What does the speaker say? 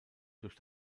durch